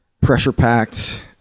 pressure-packed